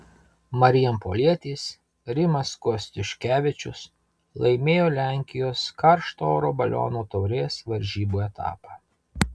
marijampolietis rimas kostiuškevičius laimėjo lenkijos karšto oro balionų taurės varžybų etapą